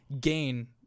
gain